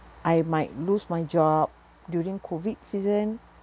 I might lose my job during COVID season